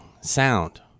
sound